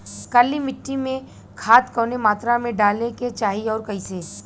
काली मिट्टी में खाद कवने मात्रा में डाले के चाही अउर कइसे?